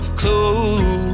close